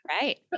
Right